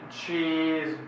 cheese